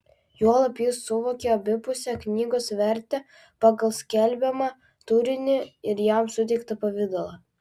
juolab jis suvokė abipusę knygos vertę pagal skelbiamą turinį ir jam suteiktą pavidalą